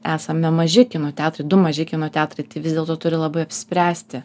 esame maži kino teatrai du maži kino teatrai tai vis dėlto turi labai apsispręsti